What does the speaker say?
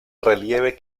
relieve